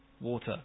water